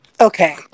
Okay